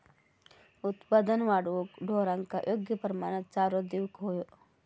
उत्पादन वाढवूक ढोरांका योग्य प्रमाणात चारो देऊक व्हयो